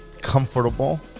comfortable